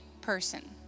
person